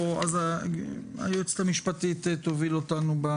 היועצת המשפטית תוביל אותנו.